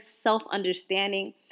self-understanding